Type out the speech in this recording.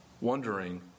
wondering